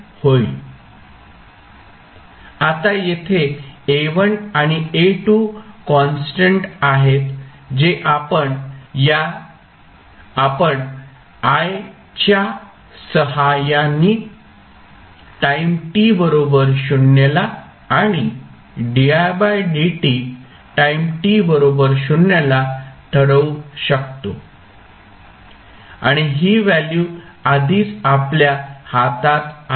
आता येथे A1 आणि A2 कॉन्स्टंट आहेत जे आपण i च्या सहाय्याने टाईम t बरोबर 0 ला आणि di dt टाईम t बरोबर 0 ला ठरवू शकतो आणि ही व्हॅल्यू आधीच आपल्या हातात आहे